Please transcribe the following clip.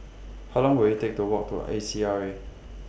How Long Will IT Take to Walk to A C R A